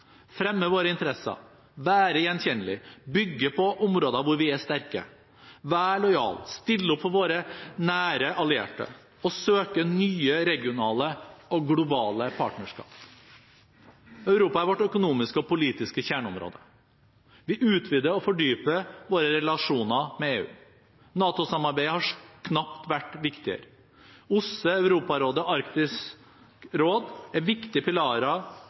fremme våre interesser, være gjenkjennelige, bygge på områder der vi er sterke, være lojale og stille opp for våre nære allierte og søke nye regionale og globale partnerskap. Europa er vårt økonomiske og politiske kjerneområde. Vi utvider og fordyper våre relasjoner med EU. NATO-samarbeidet har knapt vært viktigere. OSSE, Europarådet og Arktisk råd er viktige pilarer